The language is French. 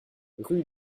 rue